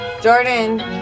Jordan